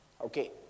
Okay